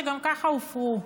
שגם ככה הופרו,